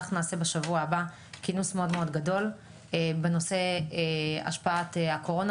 בשבוע הבא נעשה כינוס מאוד גדול בנושא השפעת הקורונה